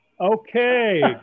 Okay